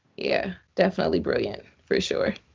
yeah definitely brilliant. for sure.